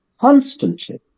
constantly